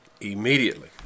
immediately